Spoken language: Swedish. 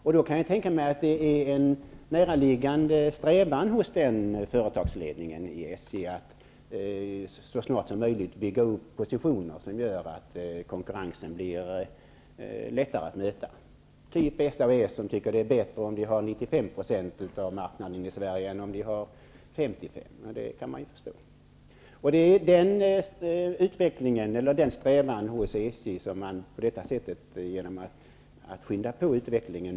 Jag kan tänka mig att det är en näraliggande strävan hos företagsledningen i SJ att så snart som möjligt bygga upp positioner som gör att konkurrensen blir lättare att möta, exempelvis genom 95 % marknadsandelar i Sverige i stället för 55 %. Det kan man förstå. Denna strävan hos SJ motverkar man genom att påskynda utvecklingen.